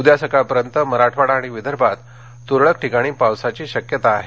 उद्या सकाळपर्यंत मराठवाडा आणि विदर्भात तुरळक ठिकाणी पावसाची शक्यता आहे